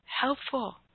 helpful